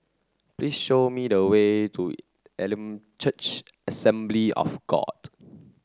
please show me the way to Elim Church Assembly of God